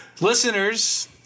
Listeners